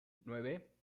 nueve